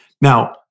Now